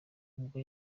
ubwo